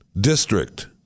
district